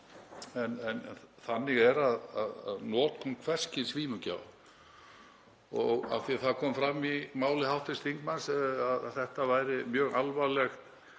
en þannig er að notkun hvers kyns vímugjafa — og af því að það kom fram í máli hv. þingmanns að þetta væri mjög alvarleg